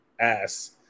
ass